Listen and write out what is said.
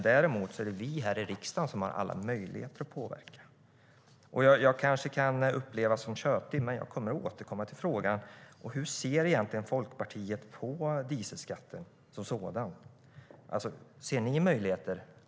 Däremot har vi i riksdagen alla möjligheter att påverka. Jag kanske kan upplevas som tjatig, men jag återkommer till frågan hur Folkpartiet egentligen ser på dieselskatten som sådan. Ser ni några möjligheter?